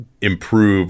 improve